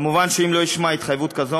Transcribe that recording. מובן שאם לא אשמע התחייבות כזו,